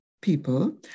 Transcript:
people